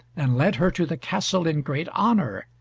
and led her to the castle in great honour,